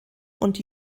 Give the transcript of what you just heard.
und